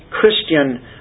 Christian